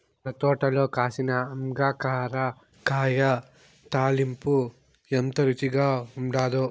మన తోటల కాసిన అంగాకర కాయ తాలింపు ఎంత రుచిగా ఉండాదో